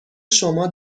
شما